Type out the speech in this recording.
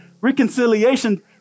reconciliation